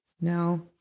No